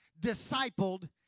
discipled